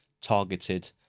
targeted